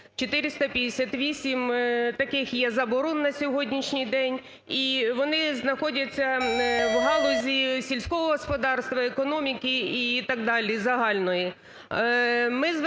458 таких є заборон на сьогоднішній день і вони знаходяться в галузі сільського господарства, економіки і так далі загальної. Ми